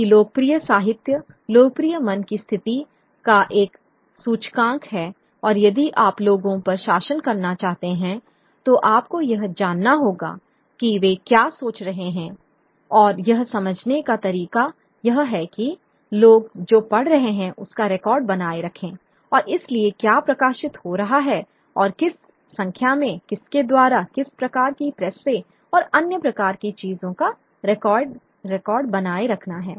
क्योंकि लोकप्रिय साहित्य लोकप्रिय मन की स्थिति का एक सूचकांक है और यदि आप लोगों पर शासन करना चाहते हैं तो आपको यह जानना होगा कि वे क्या सोच रहे हैं और यह समझने का तरीका यह है कि लोग जो पढ़ रहे हैं उसका रिकॉर्ड बनाए रखें और इसलिए क्या प्रकाशित हो रहा है और किस संख्या में किसके द्वारा किस प्रकार की प्रेस से और अन्य प्रकार की चीजों का रिकॉर्ड बनाए रखना है